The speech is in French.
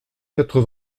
quatre